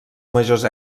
majors